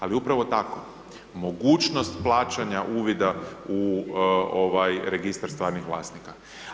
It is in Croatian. Ali upravo tako, mogućnost plaćanja uvida u registar stvarnih vlasnika.